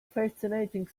fascinating